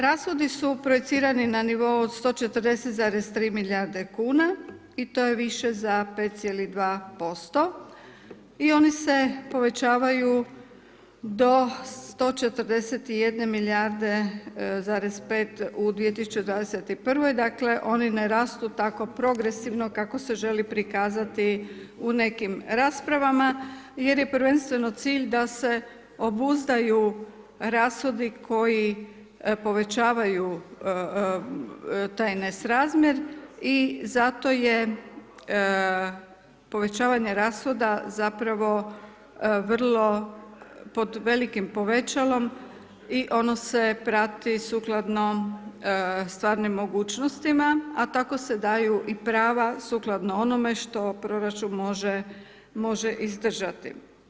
Rashodi su projicirani na nivou od 140,3 milijarde kuna i to je više za 5.2% i oni se povećavaju do 141 milijarde zarez 5 u 2021, dakle, oni ne rastu tako progresivno kako se želi prikazati u nekim raspravama jer je prvenstveno cilj da se obuzdaju rashodi koji povećaju taj nesrazmjer i zato je povećavanje rashoda zapravo vrlo pod velikim povećalom i ono se prati sukladno stvarnim mogućnostima a tako se daju i prava sukladno onome što proračun može izdržati.